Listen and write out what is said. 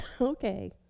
Okay